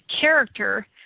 character